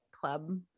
club